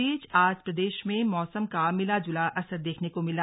इस बीच आज प्रदेश में मौसम का मिला जुला असर देखने को मिला